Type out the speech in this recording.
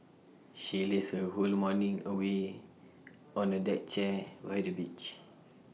she lazed her whole morning away on A deck chair by the beach